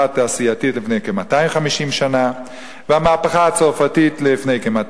התעשייתית לפני כ-250 שנה והמהפכה הצרפתית לפני כ-200